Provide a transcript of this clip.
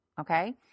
Okay